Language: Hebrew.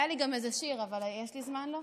היה לי גם איזה שיר, אבל יש לי זמן בשבילו?